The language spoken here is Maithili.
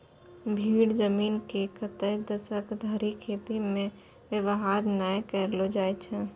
भीठ जमीन के कतै दसक धरि खेती मे वेवहार नै करलो जाय छै